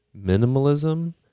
minimalism